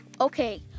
Okay